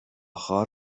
خوار